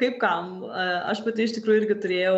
kaip kam aš pati iš tikrųjų irgi turėjau